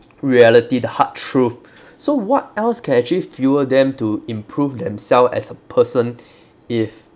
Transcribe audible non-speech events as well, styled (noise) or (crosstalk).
reality the hard truth so what else can actually fuel them to improve themself as a person (breath) if